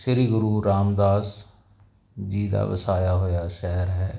ਸ੍ਰੀ ਗੁਰੂ ਰਾਮਦਾਸ ਜੀ ਦਾ ਵਸਾਇਆ ਹੋਇਆ ਸਹਿਰ ਹੈ